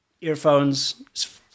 Earphones